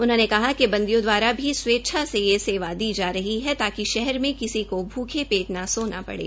उन्होंने कहा कि बंदियों दवारा भी स्वेच्छा से यह सेवा दी जा रही है ताकि शहर मे किसी को भूखे पेट न सोना पड़े